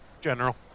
General